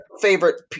favorite